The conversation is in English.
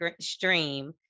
stream